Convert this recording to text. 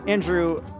Andrew